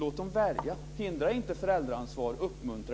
Låt dem välja. Hindra inte föräldraansvar.